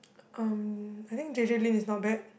um I think J_J-Lin is not bad